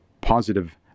positive